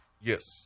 Yes